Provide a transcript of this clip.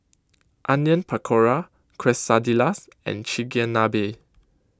Onion Pakora Quesadillas and Chigenabe